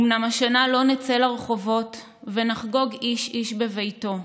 אומנם השנה לא נצא לרחובות, ונחגוג איש-איש בביתו,